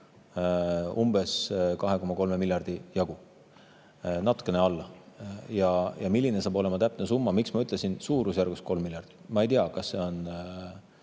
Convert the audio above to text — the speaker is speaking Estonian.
umbes 2,3 miljardi jagu, natukene alla. Milline saab olema täpne summa? Miks ma ütlesin, et suurusjärgus 3 miljardit: ma ei tea, kas see on